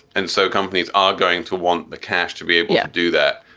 and so companies are going to want the cash to be able to do that,